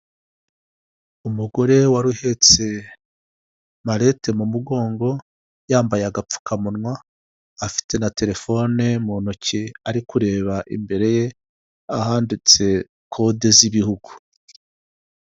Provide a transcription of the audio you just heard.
Umugore wari uhetse marete mu mugongo, yambaye agapfukamunwa, afite na telefone mu ntoki ari kureba imbere ye, ahanditse kode z'ibihugu.